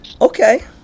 Okay